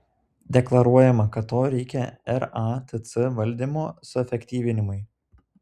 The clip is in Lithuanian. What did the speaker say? deklaruojama kad to reikia ratc valdymo suefektyvinimui